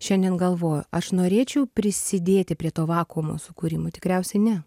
šiandien galvoju aš norėčiau prisidėti prie to vakuumo sukūrimo tikriausiai ne